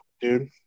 dude